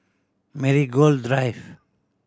Marigold Drive